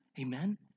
Amen